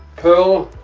perl